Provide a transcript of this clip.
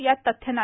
यात तथ्य नाही